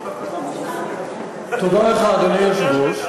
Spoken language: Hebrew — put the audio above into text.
אדוני היושב-ראש,